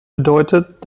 bedeutet